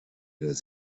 has